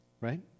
right